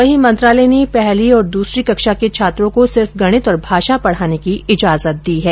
वहीं मंत्रालय ने पहली और दूसरी कक्षा के छात्रों को सिर्फ गणित और भाषा पढाने की इजाजत दी है